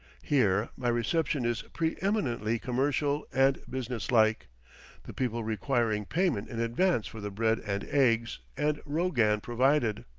here my reception is preeminently commercial and business-like, the people requiring payment in advance for the bread and eggs and rogan provided.